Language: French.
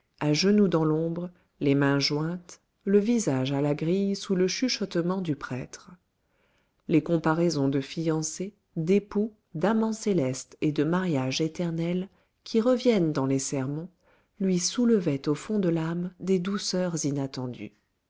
à genoux dans l'ombre les mains jointes le visage à la grille sous le chuchotement du prêtre les comparaisons de fiancé d'époux d'amant céleste et de mariage éternel qui reviennent dans les sermons lui soulevaient au fond de l'âme des douceurs inattendues